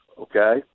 Okay